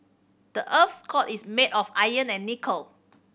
the earth's core is made of iron and nickel